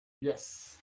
Yes